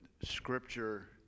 scripture